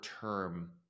term